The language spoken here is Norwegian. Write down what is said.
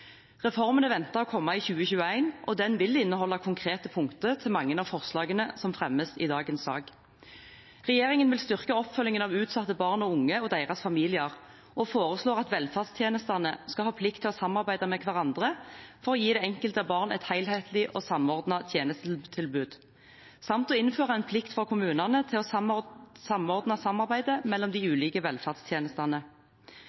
å komme i 2021, og den vil inneholde konkrete punkter til mange av forslagene som fremmes i dagens sak. Regjeringen vil styrke oppfølgingen av utsatte barn og unge og deres familier, og foreslår at velferdstjenestene skal ha plikt til å samarbeide med hverandre for å gi det enkelte barn et helhetlig og samordnet tjenestetilbud, samt å innføre en plikt for kommunene til å samordne samarbeidet mellom de